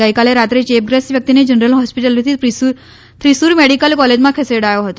ગઇકાલે રાત્રે ચેપગ્રસ્ત વ્યક્તિને જનરલ હોસ્પિટલથી પ્રિસુર મેડિકલ કોલેજમાં ખસેડીયો હતો